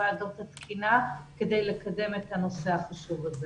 ועדות התקינה כדי לקדם את הנושא החשוב הזה.